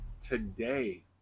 today